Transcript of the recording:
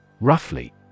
Roughly